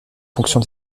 fonction